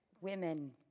women